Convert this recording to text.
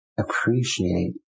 Appreciate